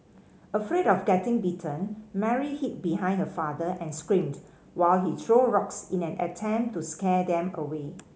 afraid of getting bitten Mary hid behind her father and screamed while he threw rocks in an attempt to scare them away